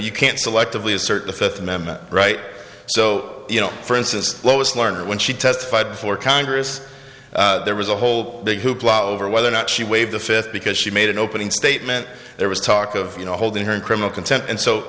you can't selectively assert the fifth amendment right so you know for instance lois lerner when she testified before congress there was a whole big hoopla over whether or not she waived the fifth because she made an opening statement there was talk of you know holding her in criminal contempt and so